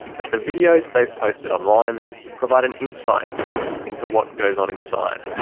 but the videos they've posted online provide an insight into what goes on inside.